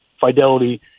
Fidelity